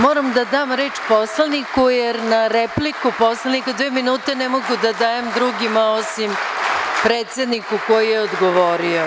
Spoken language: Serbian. Moram da dam reč poslaniku, jer na repliku poslanika dve minute, ne mogu da dajem drugima osim predsedniku koji je odgovorio.